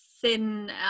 thin